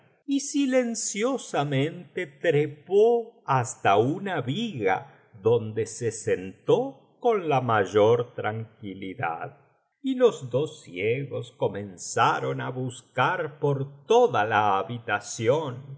y una noche mente trepó hasta una viga donde se sentó con la mayor tranquilidad y los dos ciegos comenzaron á buscar por toda la habitación